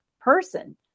person